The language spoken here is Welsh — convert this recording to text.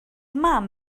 mam